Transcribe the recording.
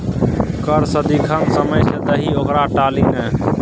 कर सदिखन समय सँ दही ओकरा टाली नै